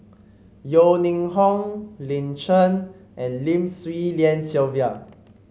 Yeo Ning Hong Lin Chen and Lim Swee Lian Sylvia